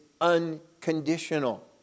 unconditional